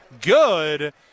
good